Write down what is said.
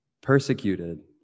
persecuted